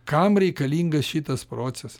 kam reikalingas šitas procesas